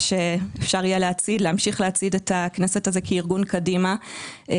שאפשר יהיה להמשיך להצעיד את הכנסת כארגון קדימה,